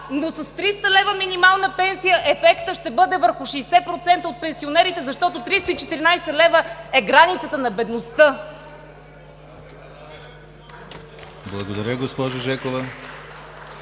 но с 300 лв. минимална пенсия ефектът ще бъде върху 60% от пенсионерите, защото 314 лв. е границата на бедността. (Ръкопляскания от